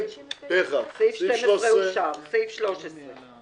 אושר פה אחד.